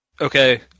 okay